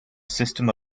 system